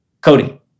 Cody